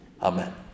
Amen